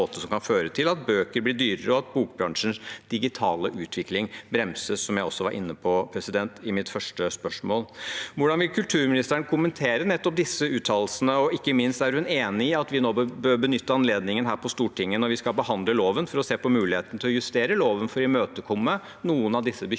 som kan føre til at bøker blir dyrere og at bokbransjens digitale utvikling bremses, som jeg også var inne på i mitt første spørsmål. Hvordan vil kulturministeren kommentere nettopp disse uttalelsene? Og ikke minst: Er hun enig i at vi bør benytte anledningen her på Stortinget når vi nå skal behandle loven, til å se på muligheten til å justere loven for å imøtekomme noen av disse bekymringene